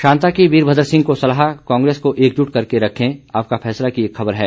शांता की वीरभद्र सिंह को सलाह कांग्रेस को एकजुट करके रखें आपका फैसला की एक खबर है